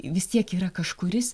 vis tiek yra kažkuris